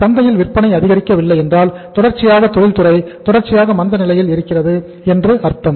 சந்தையில் விற்பனை அதிகரிக்கவில்லை என்றால் தொடர்ச்சியாக தொழில்துறை தொடர்ச்சியாக மந்த நிலையில் இருக்கிறது என்று அர்த்தம்